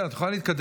את יכולה להתקדם.